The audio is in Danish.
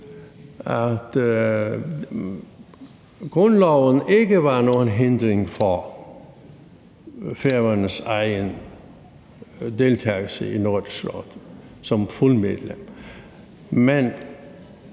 grundloven ikke var nogen hindring for Færøernes egen deltagelse i Nordisk Råd som fuldt medlem. Men